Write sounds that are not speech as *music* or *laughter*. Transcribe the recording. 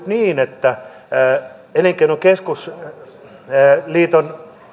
*unintelligible* niin elinkeinoelämän keskusliiton